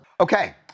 Okay